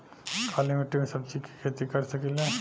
काली मिट्टी में सब्जी के खेती कर सकिले?